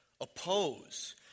oppose